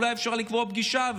אולי אפשר לקבוע פגישה,